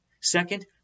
Second